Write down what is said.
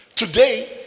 Today